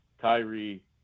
Kyrie